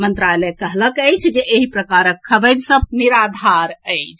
मंत्रालय कहलक अछि जे एहि प्रकारक खबरि सभ निराधार अछि